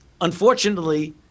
unfortunately